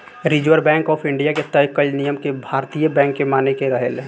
reserve bank of India के तय कईल नियम के भारतीय बैंक के माने के रहेला